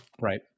right